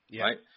right